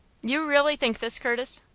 you really think this, curtis?